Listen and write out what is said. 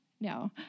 No